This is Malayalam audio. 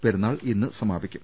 പെരുന്നാൾ ഇന്ന് സമാപിക്കും